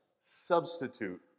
substitute